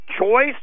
Choice